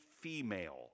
female